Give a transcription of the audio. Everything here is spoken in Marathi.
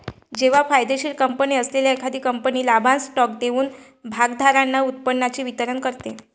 जेव्हा फायदेशीर कंपनी असलेली एखादी कंपनी लाभांश स्टॉक देऊन भागधारकांना उत्पन्नाचे वितरण करते